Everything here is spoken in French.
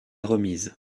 remise